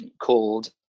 called